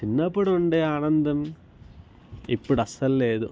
చిన్నపుడు ఉండే ఆనందం ఇప్పుడు అసలు లేదు